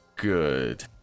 good